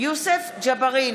יוסף ג'בארין,